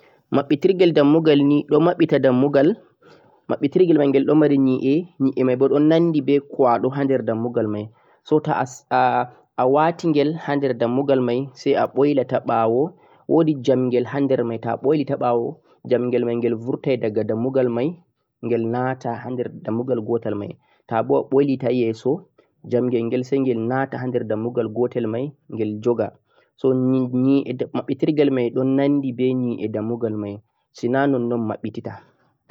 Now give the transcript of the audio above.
mabbitirgel dammugal ni don babbita dammugal mabbitirgel gel don mari nyi'e nyi'e mei boh don naangi be gwado hander dammugal mei so toh a waatingel hander dammugal mei sai a boilata baawo woodi jamgel hander mei toh a boilita baawo jamgel mengel burtai daga dammugal mei gel naata hander dammugal gotal mei toh a mbuwa boilita yeso jamgel gel sai gel naata hander dammugal gotal mei gel joga so nyi'e mabbutirgel mei don naangi be nyi'e dammugal mei sai naa non-non mabbitita